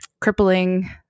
crippling